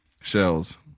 Shells